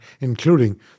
including